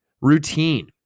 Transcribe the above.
Routine